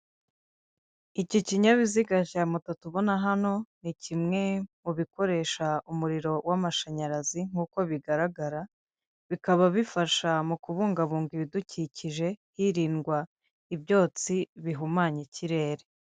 Iki kinyabiziga cya moto tubona hano ni kimwe mu bikoresha umuriro w'amashanyarazi nkuko bigaragara; bikaba bifasha mu kubungabunga ibidukikije, hirindwa ibyotsi bihumanya ikirere.